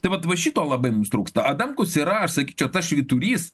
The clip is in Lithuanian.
tai vat va šito labai mums trūksta adamkus yra sakyčiau tas švyturys